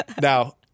Now